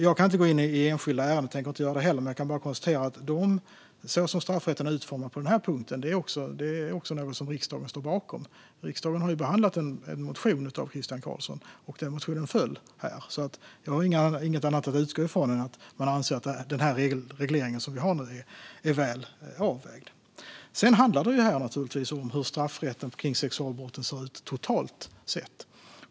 Jag kan inte gå in i enskilda ärenden, men jag kan konstatera att riksdagen står bakom hur straffrätten är utformad på den här punkten. Riksdagen har ju behandlat en motion av Christian Carlsson, och den motionen föll. Jag har inget annat att utgå från än att man anser att den här regleringen som vi har nu är väl avvägd. Sedan handlar det här naturligtvis om hur straffrätten kring sexualbrotten ser ut totalt sett.